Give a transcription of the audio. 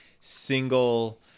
single